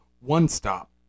one-stop